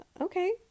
Okay